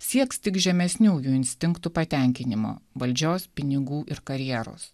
sieks tik žemesniųjų instinktų patenkinimo valdžios pinigų ir karjeros